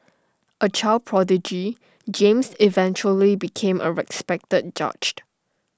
A child prodigy James eventually became A respected judged